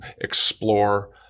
explore